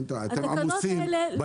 התקנות האלה --- לא,